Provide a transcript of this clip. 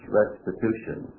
restitution